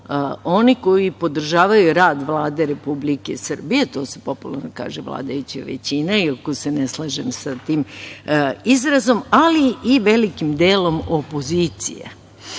onih koji podržavaju rad Vlade Republike Srbije, to se popularno kaže vladajuće većine, iako se ne slažem sa tim izrazom, ali i velikim delom opozicije.